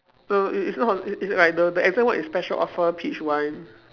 err i~ is not i~ is like the the exact one is special offer peach wine